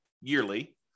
yearly